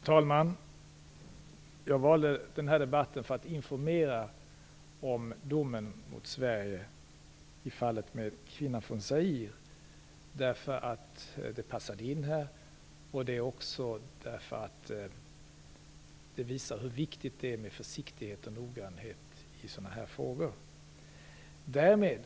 Fru talman! Jag valde den här debatten för att informera om domen mot Sverige i fallet med kvinnan från Zaire därför att det passade in här och därför att det visar hur viktigt det är med försiktighet och noggrannhet i sådana här frågor. Därmed